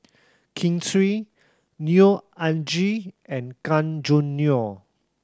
Kin Chui Neo Anngee and Gan Choo Neo